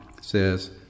says